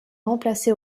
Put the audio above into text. remplacé